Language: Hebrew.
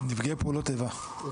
נפגעי פעולות איבה,